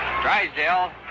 Drysdale